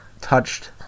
touched